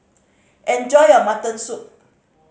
enjoy your mutton soup